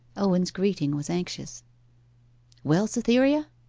owen's greeting was anxious well, cytherea